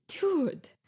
dude